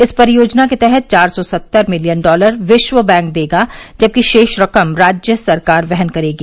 इस परियोजना के तहत चार सौ सत्तर मिलियन डॉलर विश्व बैंक देगा जबकि शेष रकम राज्य सरकार वहन करेगी